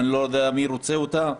אני לא יודע מי רוצה אותן,